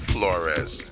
Flores